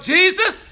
Jesus